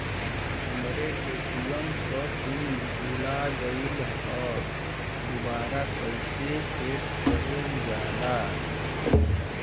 हमरे ए.टी.एम क पिन भूला गईलह दुबारा कईसे सेट कइलजाला?